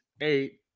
eight